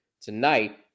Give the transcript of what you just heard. tonight